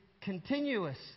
continuous